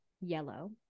yellow